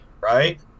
right